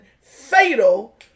fatal